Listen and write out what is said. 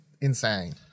insane